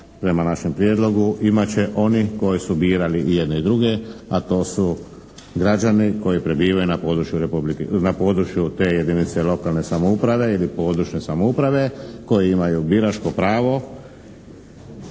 prema našem Prijedlogu imat će oni koji su birali i jedne i druge, a to su građani koji prebivaju na području te jedinice lokalne samouprave ili područne samouprave, koji imaju biračko pravo.